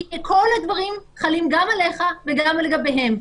כי כל הדברים חלים גם עליך וגם לגביהם,